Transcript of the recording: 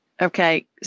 Okay